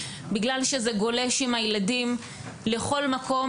בגלל שזה גולש עם הילדים לכל מקום,